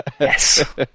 Yes